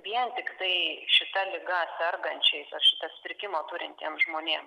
vien tiktai šita liga sergančiais ar šitą sutrikimą turintiem žmonėm